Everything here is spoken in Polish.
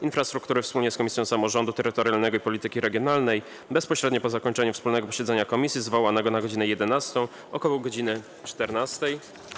Infrastruktury wspólnie z Komisją Samorządu Terytorialnego i Polityki Regionalnej - bezpośrednio po zakończeniu wspólnego posiedzenia komisji zwołanego na godz. 11, ok. godz. 14,